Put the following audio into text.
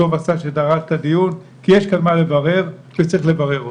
טוב עשה שדרש את הדיון כי יש כאן מה לברר וצריך לברר אותו.